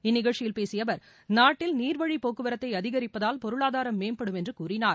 இந்நிகழ்ச்சியில் பேசிய அவர் நாட்டில் நீர்வழி போக்குவரத்தை அதிகரிப்பதால் பொருளாதாரம் மேம்படும் என்று கூறினார்